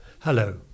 Hello